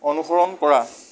অনুসৰণ কৰা